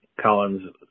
Collins